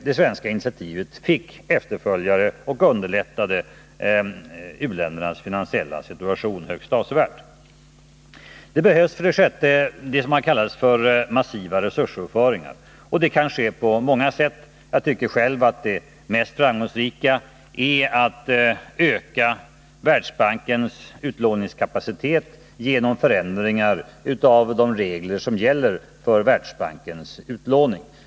Det svenska initiativet fick efterföljare och underlättade u-ländernas finansiella situation högst avsevärt. För det sjätte behövs vad som kallas massiva resursöverföringar. Det kan ske på många sätt. Jag tycker själv att det mest framgångsrika sättet är att öka Världsbankens utlåningskapacitet genom förändringar av de regler som gäller för Världsbankens utlåning.